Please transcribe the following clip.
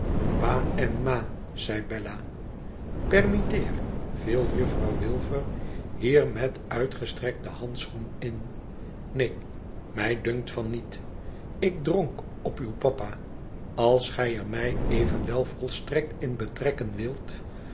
ma zei bella permitteer viel juffrouw wilfer hier met uitgestrekten handschoen in neen mij dunkt van niet ik dronk op uw papa als gij er mij evenwel volstrekt in betrekken wilt